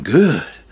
good